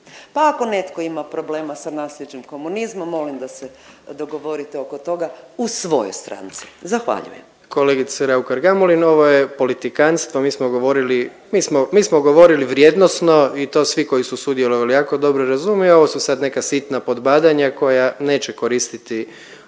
Pa ako netko ima problema sa naslijeđem komunizma molim da se dogovorite oko toga u svojoj stranci. Zahvaljujem. **Jandroković, Gordan (HDZ)** Kolegice Raukar-Gamulin ovo je politikantstvo, mi smo govorili, mi smo govorili vrijednosno i to svi koji su sudjelovali jako dobro razumiju. Ovo su sad neka sitna podbadanja koja neće koristiti